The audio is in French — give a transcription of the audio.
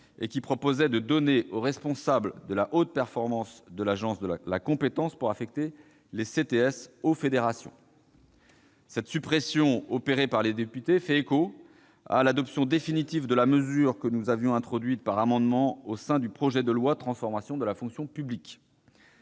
qui proposait de donner au responsable de la haute performance de l'Agence nationale du sport la compétence pour affecter les CTS aux fédérations. Cette suppression opérée par les députés fait écho à l'adoption définitive de la mesure que nous avions introduite par amendement au sein du projet de loi de transformation de la fonction publique.